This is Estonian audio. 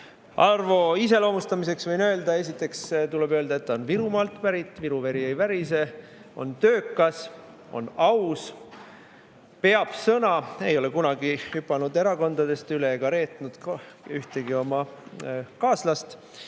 Arvo iseloomustamiseks tuleb esiteks öelda, et ta on Virumaalt pärit. Viru veri ei värise! Ta on töökas, aus, peab sõna, ei ole kunagi hüpanud erakondadest üle ega reetnud ühtegi oma kaaslast.